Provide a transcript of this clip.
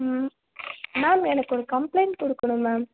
ம் மேம் எனக்கு ஒரு கம்பளைண்ட் கொடுக்கணும் மேம்